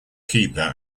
keeper